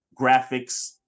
graphics